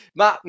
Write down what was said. ma